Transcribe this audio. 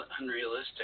unrealistic